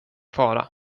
fara